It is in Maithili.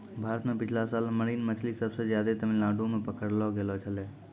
भारत मॅ पिछला साल मरीन मछली सबसे ज्यादे तमिलनाडू मॅ पकड़लो गेलो छेलै